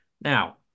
Now